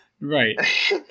Right